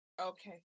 okay